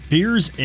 Beers